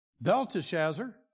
Belteshazzar